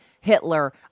Hitler